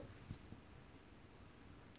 -EMP